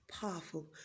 powerful